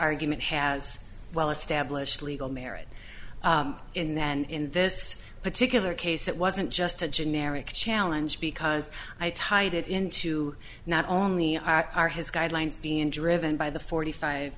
argument has well established legal merit in that and in this particular case it wasn't just a generic challenge because i tied it into not only are are his guidelines being driven by the forty five